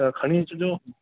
त खणी अचिजो